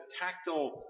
tactile